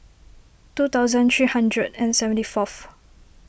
two thousand three hundred and seventy fourth